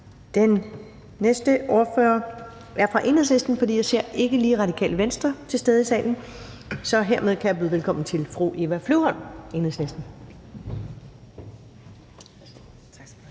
Den næste ordfører er fra Enhedslisten, for jeg ser ikke lige Radikale Venstre til stede i salen. Hermed kan jeg byde velkommen til fru Eva Flyvholm, Enhedslisten.